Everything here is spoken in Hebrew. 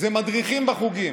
מדריכים בחוגים,